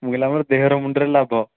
ମୁଁ କହିଲି ଆମର ଦେହରେ ମୁଣ୍ଡରେ ଲାଭ